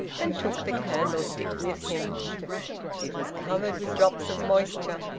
and took the candlestick with him it was covered with drops of moisture.